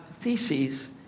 theses